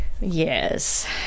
Yes